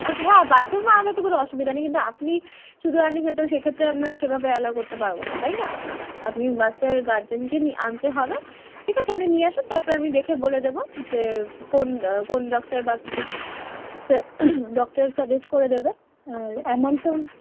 আচ্ছা হ্যাঁ বাচ্চাকে তো আনলে তো কোনো অসুবিধা নেই কিন্তু আপনি শুধু আসলে সে তো সেই ক্ষেত্রে আপনার সেভাবে অ্যালাউ করতে পারব না তাই না আপনি বাচ্চার গার্জেনকে নিয়ে আনতে হবে ঠিক আছে আপনি নিয়ে আসুন তার পরে আমি দেখে বলে দেবো যে কোন কোন ডক্টর বা কীসের ডক্টর সাজেস্ট করে দেবে আর অ্যামাউন্ট ফ্যামাউন্ট